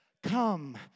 Come